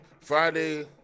Friday